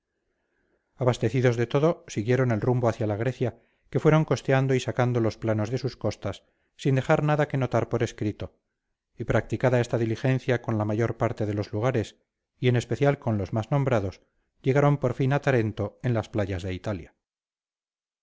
abastecidos de todo siguieron el rumbo hacia la grecia que fueron costeando y sacando los planos de sus costas sin dejar nada que notar por escrito y practicada esta diligencia con la mayor parte de los lugares y en especial con los más nombrados llegaron por fin a tarento en las playas de italia